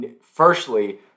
firstly